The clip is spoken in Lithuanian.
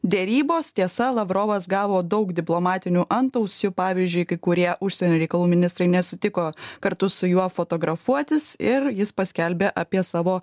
derybos tiesa lavrovas gavo daug diplomatinių antausių pavyzdžiui kai kurie užsienio reikalų ministrai nesutiko kartu su juo fotografuotis ir jis paskelbė apie savo